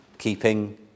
Keeping